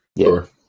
Sure